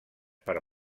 per